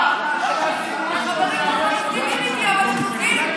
אבל הם שותקים.